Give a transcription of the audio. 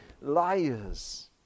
liars